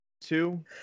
Two